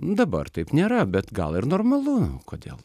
dabar taip nėra bet gal ir normalu kodėl